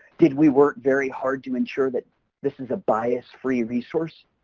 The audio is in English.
did we work very hard to ensure that this is a bias-free resource?